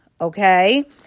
Okay